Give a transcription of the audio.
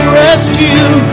rescue